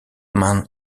man